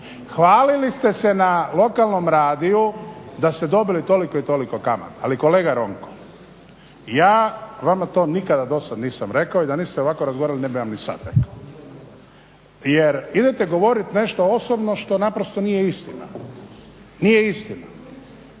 hvalili ste se na lokalnom radiju da ste dobili toliko i toliko kamata. Ali kolega Ronko ja vama to nikada dosad nisam rekao i da niste ovako razgovarali ne bih vam ni sad rekao. Jer idete govoriti nešto osobno što naprosto nije istina. Pa